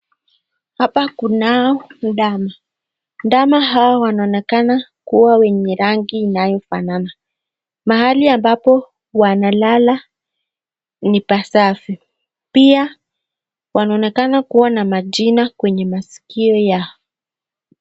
Hapa kunao ndama. Ndama hawa waonekana kuwa wenye rangi inayofanana. Mahali ambapo wanalala ni pa safi. Pia wanaonekana kuwa na majina kwenye masikio yao.